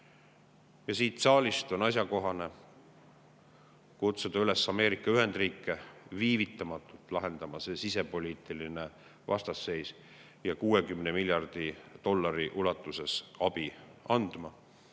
Siit saalist on asjakohane kutsuda üles Ameerika Ühendriike viivitamatult lahendama see sisepoliitiline vastasseis ja andma 60 miljardi dollari ulatuses abi.